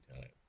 time